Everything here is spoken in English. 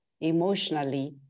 emotionally